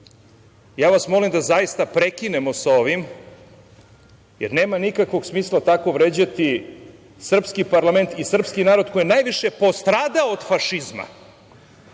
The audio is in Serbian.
vas molim da zaista prekinemo sa ovim, jer nema nikakvog smisla tako vređati srpski parlament i srpski narod koji je najviše postradao od fašizma